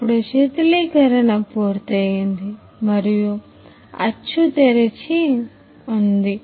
ఇప్పుడు శీతలీకరణ పూర్తయింది మరియు అచ్చు తెరిచి ఉంది